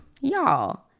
y'all